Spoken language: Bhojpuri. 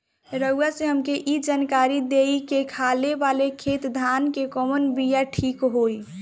रउआ से हमके ई जानकारी देई की खाले वाले खेत धान के कवन बीया ठीक होई?